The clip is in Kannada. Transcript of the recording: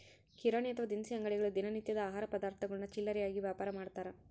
ಕಿರಾಣಿ ಅಥವಾ ದಿನಸಿ ಅಂಗಡಿಗಳು ದಿನ ನಿತ್ಯದ ಆಹಾರ ಪದಾರ್ಥಗುಳ್ನ ಚಿಲ್ಲರೆಯಾಗಿ ವ್ಯಾಪಾರಮಾಡ್ತಾರ